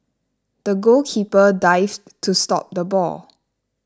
the goalkeeper dived to stop the ball